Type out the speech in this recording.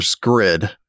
grid